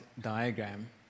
diagram